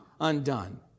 undone